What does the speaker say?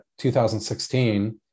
2016